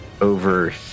over